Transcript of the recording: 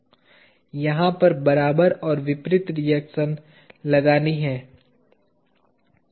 यहाँ पर बराबर और विपरीत रिएक्शन लगानी है